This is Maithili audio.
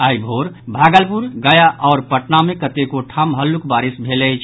आई भोर भागलपुर गया आओर पटना मे कतेको ठाम हल्लुक बारिश भेल अछि